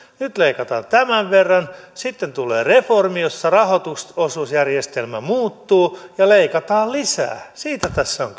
nyt leikataan tämän verran sitten tulee reformi jossa rahoitusosuusjärjestelmä muuttuu ja leikataan lisää siitä tässä on